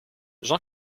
jean